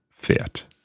fährt